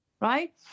Right